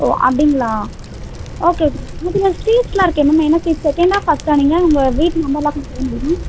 ஓ அப்படிங்களா okay okay ma'am இதில் ஸ்ட்ரீட்ஸெலாம் இருக்கே மேம் என்ன ஸ்ட்ரீட் செகேண்டாக ஃபஸ்ட்டா நீங்கள் உங்கள் வீட்டு நம்பரெலாம் கொஞ்சம் சொல்ல முடியுமா